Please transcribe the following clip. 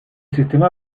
sistema